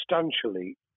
substantially